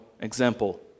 example